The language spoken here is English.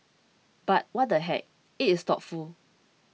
but what the heck it is thoughtful